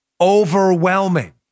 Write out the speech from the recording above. Overwhelming